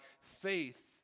faith